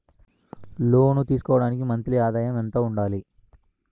లోను తీసుకోవడానికి మంత్లీ ఆదాయము ఎంత ఉండాలి?